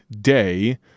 day